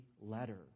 letter